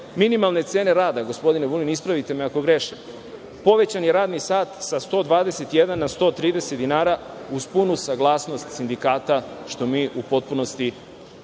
minimalne cene rada, gospodine Vulin, ispravite me ako grešim, povećan je radni sat sa 121 na 130 dinara, uz punu saglasnost sindikata, što mi u potpunosti